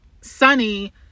Sunny